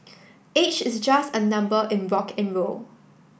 age is just a number in rock N roll